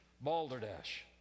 Balderdash